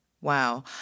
Wow